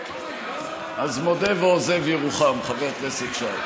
מודה ועוזב ירוחם, חבר הכנסת שי.